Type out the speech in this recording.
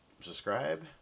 subscribe